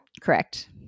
Correct